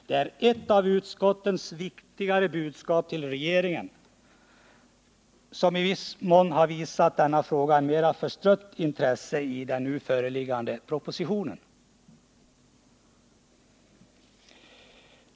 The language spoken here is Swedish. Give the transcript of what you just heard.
Det är ett av utskottets viktigare budskap till regeringen, som i viss mån har visat denna fråga mera förstrött intresse i den föreliggande propositionen.